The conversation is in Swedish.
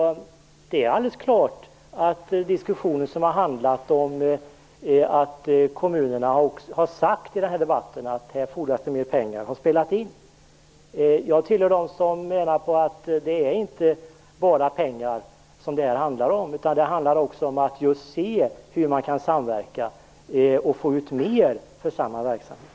Att kommunerna i diskussionerna sagt att det fordras mer pengar har naturligtvis spelat in. Jag tillhör dem som menar att det inte bara är pengar som det handlar om. Det handlar också om att se hur man kan samverka och få ut mer av samma verksamhet.